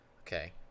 Okay